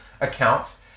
accounts